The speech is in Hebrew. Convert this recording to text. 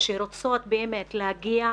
שרוצות באמת להגיע,